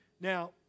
Now